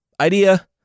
idea